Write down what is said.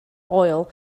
oil